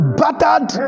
battered